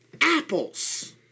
apples